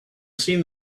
seen